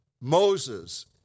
Moses